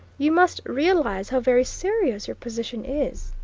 you must realise how very serious your position is.